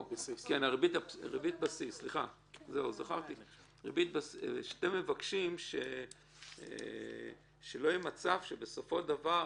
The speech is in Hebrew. ריבית בסיס כשאתם מבקשים שלא יהיה מצב שבסופו של דבר